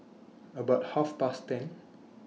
about Half Past ten